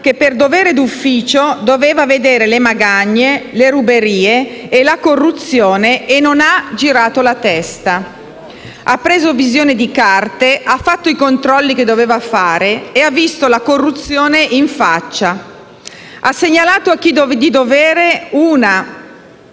che per dovere d'ufficio doveva vedere le magagne, le ruberie e la corruzione e non ha girato la testa. Ha preso visione di carte, ha fatto i controlli che doveva fare e ha visto la corruzione in faccia. Ha segnalato a chi di dovere, ma